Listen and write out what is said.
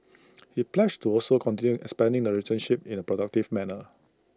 he pledged to also continue expanding the relationship in A productive manner